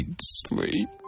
sleep